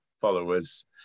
followers